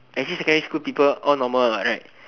actually secondary school people all normal what right